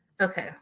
Okay